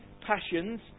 passions